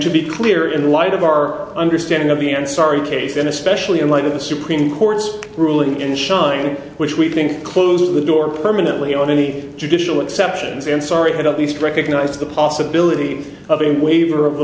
to be clear in light of our understanding of the end sorry case in especially in light of the supreme court's ruling in china which we think closes the door permanently on any judicial exceptions and sorry that at least recognize the possibility of a waiver of the